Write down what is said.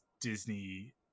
Disney